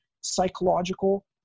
psychological